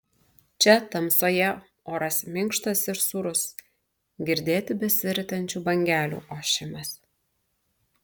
čia tamsoje oras minkštas ir sūrus girdėti besiritančių bangelių ošimas